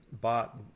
bought